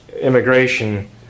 immigration